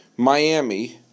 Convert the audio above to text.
Miami